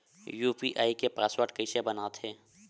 UPI के password कइसे बनाथे?